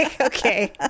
okay